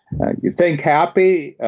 think happy,